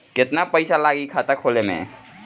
केतना पइसा लागी खाता खोले में?